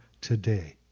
today